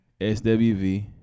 SWV